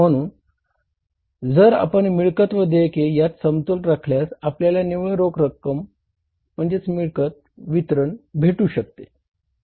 म्हणून जर आपण मिळकत व देयक यात समतोल राखल्यास आपल्याला निव्वळ रोख मिळकत वितरण भेटू शकते